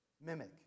mimic